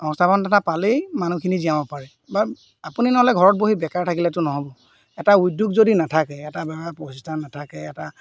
সংস্থাপন এটা পালেই মানুহখিনি জীয়াব পাৰে বা আপুনি নহ'লে ঘৰত বহি বেকাৰ থাকিলেতো নহ'ব এটা উদ্যোগ যদি নাথাকে এটা ব্যৱসায় প্ৰতিষ্ঠান নাথাকে এটা